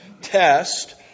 test